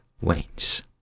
wanes